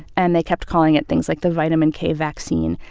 and they kept calling it things like the vitamin k vaccine,